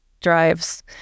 drives